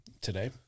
today